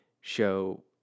show